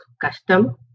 custom